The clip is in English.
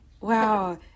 Wow